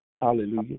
Hallelujah